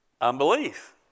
unbelief